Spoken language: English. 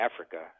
Africa